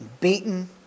beaten